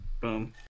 boom